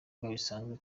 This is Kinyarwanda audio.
bisanzwe